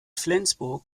flensburg